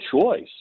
choice